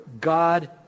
God